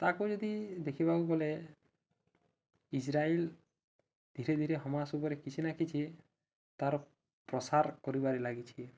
ତାକୁ ଯଦି ଦେଖିବାକୁ ଗଲେ ଇସ୍ରାଏଲ ଧୀରେ ଧୀରେ ହମାସ ଉପରେ କିଛି ନା କିଛି ତା'ର ପ୍ରସାର କରିବାରେ ଲାଗିଛି